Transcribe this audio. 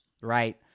right